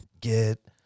get